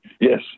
Yes